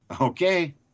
Okay